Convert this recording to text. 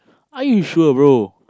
are you sure bro